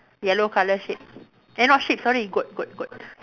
yellow colour sheep eh not sheep sorry goat goat goat